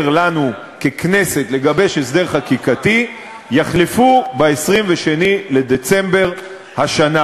לנו ככנסת לגבש הם הסדר חקיקתי יחלפו ב-22 בדצמבר השנה.